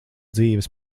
dzīves